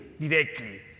directly